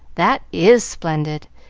that is splendid!